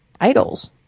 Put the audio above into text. idols